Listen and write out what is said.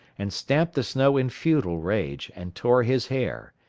and stamped the snow in futile rage, and tore his hair.